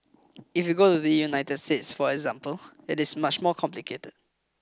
if you go to the United States for example it is much more complicated